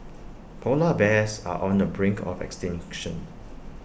Polar Bears are on the brink of extinction